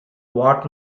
what